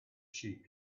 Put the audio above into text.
sheep